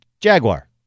Jaguar